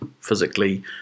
physically